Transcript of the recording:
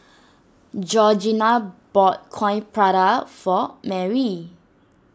Georgina bought Coin Prata for Marry